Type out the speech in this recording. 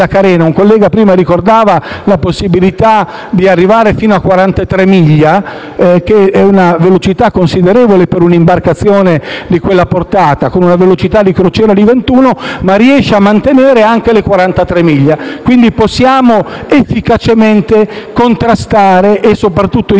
Un collega, prima, ricordava la possibilità di arrivare fino a 43 miglia, che è una velocità considerevole per un'imbarcazione di quella portata, che ha una velocità di crociera di 21 nodi, ma riesce a mantenere anche le 43 miglia. Possiamo quindi efficacemente intervenire